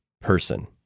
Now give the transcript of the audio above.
person